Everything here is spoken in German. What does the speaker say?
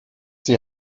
die